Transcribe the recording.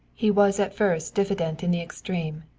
he was at first diffident in the extreme.